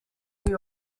york